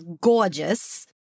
gorgeous